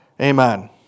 Amen